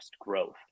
growth